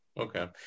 Okay